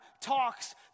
talks